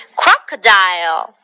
crocodile